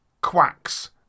quacks